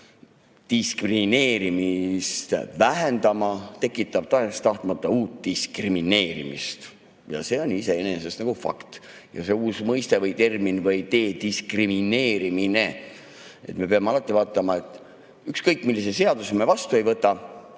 diskrimineerimist vähendama, tekitab tahes-tahtmata uut diskrimineerimist. Ja see on iseenesest fakt. See uus mõiste või termin, dediskrimineerimine – me peame alati vaatama, ükskõik milliseid seadusi me ka vastu ei võta,